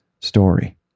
story